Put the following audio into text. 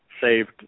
saved